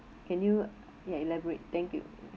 can you ya elaborate thank you